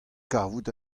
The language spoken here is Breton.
kavout